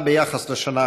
מראשון לציון ועד